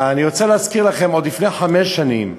אני רוצה להזכיר לכם: עוד לפני חמש שנים,